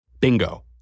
Bingo